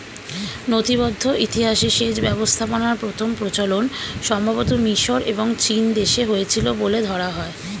নথিবদ্ধ ইতিহাসে সেচ ব্যবস্থাপনার প্রথম প্রচলন সম্ভবতঃ মিশর এবং চীনদেশে হয়েছিল বলে ধরা হয়